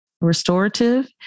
restorative